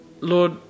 Lord